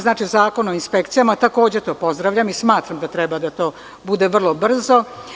Znači, Zakon o inspekcijama, takođe to pozdravljam i smatram da treba da to bude vrlo brzo.